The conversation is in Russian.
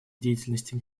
деятельности